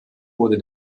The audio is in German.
wurde